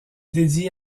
dédiée